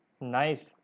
Nice